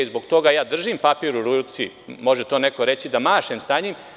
Zbog toga ja držim papir u ruci, može to neko reći da mašem sa njim.